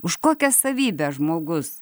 už kokią savybę žmogus